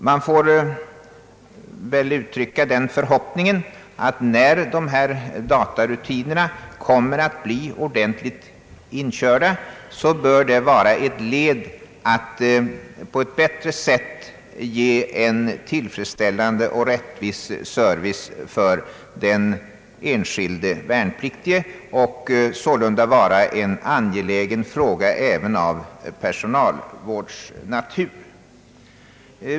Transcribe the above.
Man får väl uttrycka den förhoppningen, att man när dessa datarutiner blir ordentligt inkörda kan på ett bättre sätt ge en tillfredsställande och rättvis service åt den enskilde värnpliktige och sålunda lösa en angelägen fråga även av personalvårdsnatur.